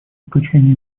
включение